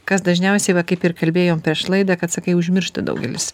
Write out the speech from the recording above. kas dažniausiai va kaip ir kalbėjom prieš laidą kad sakai užmiršta daugelis